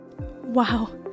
Wow